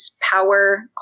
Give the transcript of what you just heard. power